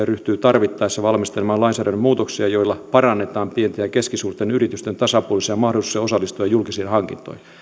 ryhtyy tarvittaessa valmistelemaan lainsäädännön muutoksia joilla parannetaan pienten ja keskisuurten yritysten tasapuolisia mahdollisuuksia osallistua julkisiin hankintoihin